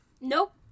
Nope